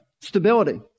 Stability